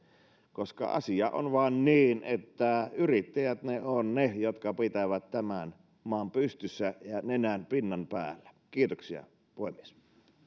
koska asia on vain niin että yrittäjät ovat ne jotka pitävät tämän maan pystyssä ja nenän pinnan päällä kiitoksia puhemies